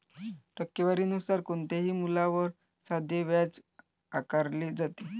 टक्केवारी नुसार कोणत्याही मूल्यावर साधे व्याज आकारले जाते